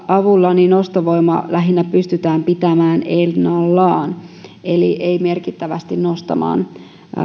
avulla kuitenkin ostovoima lähinnä pystytään pitämään ennallaan eli ei pystytä merkittävästi nostamaan